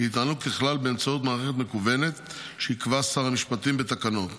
ייטענו ככלל באמצעות מערכת מקוונת שיקבע שר המשפטים בתקנות.